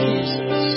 Jesus